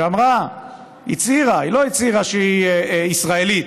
שלא הצהירה שהיא ישראלית.